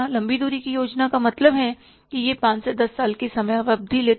लंबी दूरी की योजना का मतलब है कि यह पांच से दस साल की समयावधि लेता है